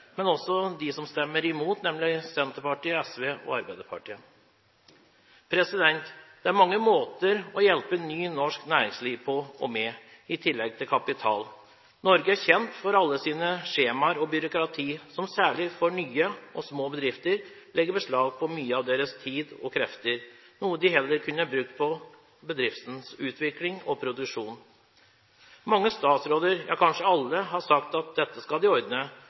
men også de som stemmer imot, nemlig Senterpartiet, SV og Arbeiderpartiet. Det er mange måter å hjelpe nytt norsk næringsliv på og med – i tillegg til kapital. Norge er kjent for alle sine skjemaer og byråkrati, som særlig for nye og små bedrifter legger beslag på mye av deres tid og krefter – noe de heller kunne brukt på bedriftens utvikling og produksjon. Mange statsråder, ja kanskje alle, har sagt at dette skal de ordne.